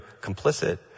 complicit